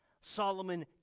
Solomon